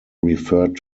referred